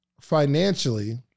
financially